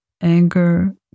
anger